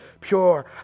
Pure